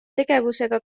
tegevusega